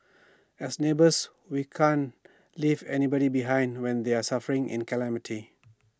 as neighbours we can't leave anybody behind when they're suffering in A calamity